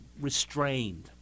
restrained